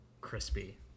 crispy